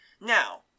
Now